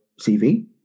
CV